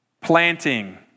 planting